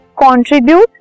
contribute